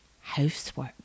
housework